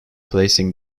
placing